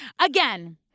Again